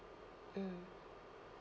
mm